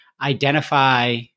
identify